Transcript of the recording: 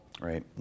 Right